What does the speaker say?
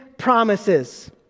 promises